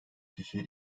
kişiye